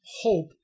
hope